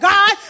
God